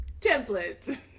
templates